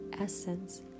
essence